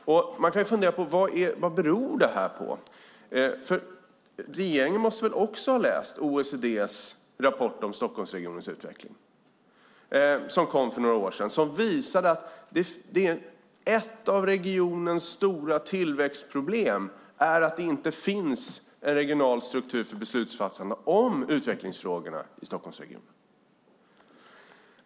Vad beror det på? Regeringen måste väl också ha läst OECD:s rapport om Stockholmsregionens utveckling som kom för några år sedan? Den visade att ett av regionens stora tillväxtproblem är att det inte finns en regional struktur för beslutsfattande om utvecklingsfrågorna i Stockholmsregionen.